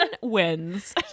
wins